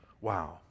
Wow